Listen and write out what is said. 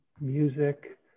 music